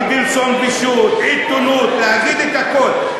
אדלסון ושות', עיתונות, להגיד את הכול.